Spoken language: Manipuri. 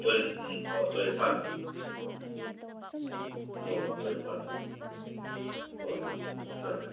ꯇꯨꯔꯦꯟ ꯑꯣ ꯇꯨꯔꯦꯟ ꯃꯄꯥꯟꯗ ꯑꯣ ꯇꯨꯔꯦꯟ ꯃꯄꯥꯟꯗ ꯍꯣꯏ ꯍꯣꯏ ꯑ